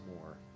more